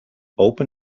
open